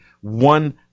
one